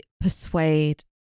persuade